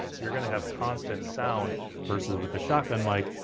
you're gonna have constant sound versus with the shotgun mic,